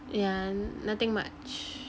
yeah nothing much